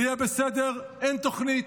ב"יהיה בסדר" אין תוכנית,